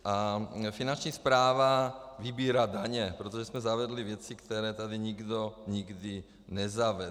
A Finanční správa vybírá daně, protože jsme zavedli věci, které tady nikdo nikdy nezavedl.